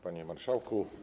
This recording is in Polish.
Panie Marszałku!